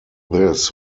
this